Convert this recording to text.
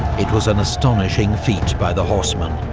it was an astonishing feat by the horsemen,